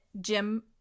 Jim